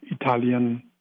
Italian